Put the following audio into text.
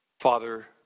Father